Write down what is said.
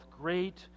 great